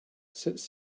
sits